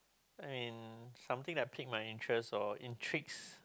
I mean something that pick my interest or intrigues